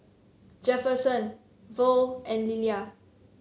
Jefferson Vaughn and Lilia